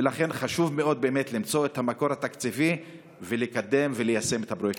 ולכן חשוב מאוד למצוא את המקור התקציבי ולקדם וליישם את הפרויקט.